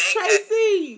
Tracy